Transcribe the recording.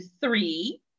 three